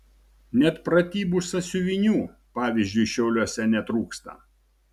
net pratybų sąsiuvinių pavyzdžiui šiauliuose netrūksta